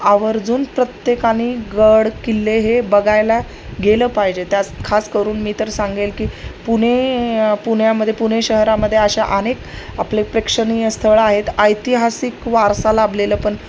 आवर्जून प्रत्येकानी गड किल्ले हे बघायला गेलं पाहिजे त्यास खास करून मी तर सांगेल की पुणे पुण्यामध्ये पुणे शहरामदे अशा अनेक आपले प्रेक्षणीय स्थळ आहेत ऐतिहासिक वारसा लाभलेलं पण